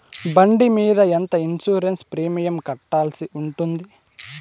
బండి మీద ఎంత ఇన్సూరెన్సు ప్రీమియం కట్టాల్సి ఉంటుంది?